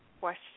question